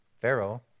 Pharaoh